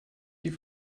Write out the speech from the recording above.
die